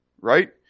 right